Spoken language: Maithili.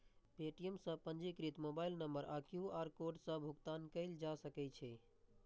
पे.टी.एम सं पंजीकृत मोबाइल नंबर आ क्यू.आर कोड सं भुगतान कैल जा सकै छै